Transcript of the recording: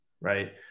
Right